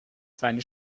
seine